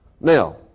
Now